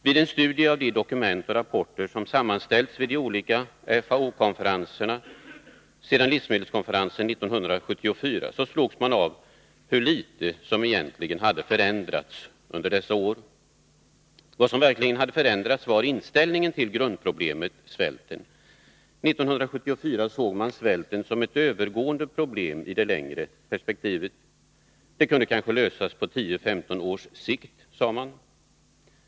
Vid en studie av de dokument och rapporter som sammanställts vid de olika FAO-konferenserna sedan livsmedelskonferensen 1974 fick man klart för sig hur litet som egentligen hade förändrats under dessa år. Vad som verkligen hade förändrats var inställningen till grundproblemet svälten. År 1974 såg man svälten som ett övergående problem i det längre perspektivet. Det kunde kanske lösas på 10-15 års sikt, sade man.